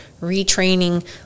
retraining